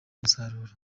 umusaruro